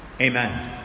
Amen